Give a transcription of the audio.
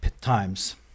times